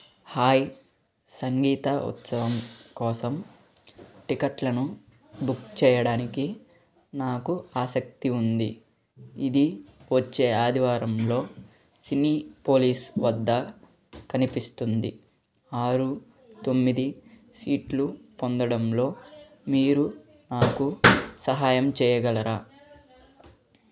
hi సంగీత ఉత్సవం కోసం టిక్కెట్లను బుక్ చేయడానికి నాకు ఆసక్తి ఉంది ఇది వచ్చే ఆదివారంలో సినీ పోలిస్ వద్ద కనిపిస్తుంది ఆరు తొమ్మిది సీట్లు పొందడంలో మీరు నాకు సహాయం చేయగలరా